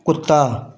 ਕੁੱਤਾ